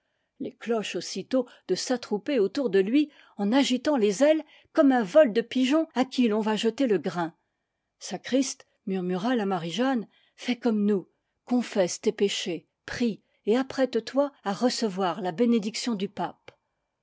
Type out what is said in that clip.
les cloches aussitôt de s'attrouper autour de lui en agitant les ailes comme un vol de pigeons à qui l'on va jeter le grain sacriste murmura la marie-jeanne fais comme nous confesse tes péchés prie et apprête-toi à recevoir la béné diction du pape